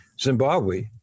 Zimbabwe